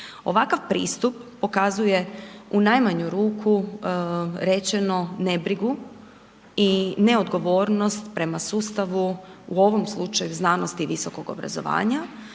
Ovakav pristup pokazuje u najmanju ruku rečeno ne brigu i neodgovornost prema sustavu u ovom slučaju znanosti i visokog obrazovanja